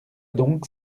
donc